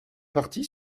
partie